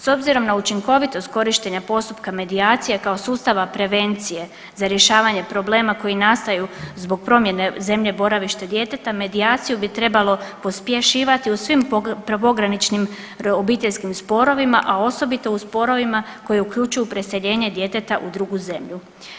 S obzirom na učinkovitost korištenja postupka medijacije kao sustava prevencije za rješavanje problema koji nastaju zbog promjene zemlje boravišta djeteta medijaciju bi trebalo pospješivati u svim pograničnim obiteljskim sporovima, a osobito u sporovima koji uključuju preseljenje djeteta u drugu zemlju.